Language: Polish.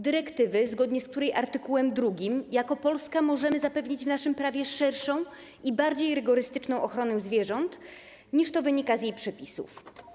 Dyrektywy, zgodnie z której z art. 2 jako Polska możemy zapewnić w naszym prawie szerszą i bardziej rygorystyczną ochronę zwierząt, niż to wynika z jej przepisów.